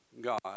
God